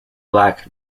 black